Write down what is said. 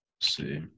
see